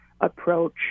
approach